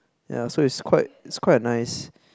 ya so it's quite it's quite a nice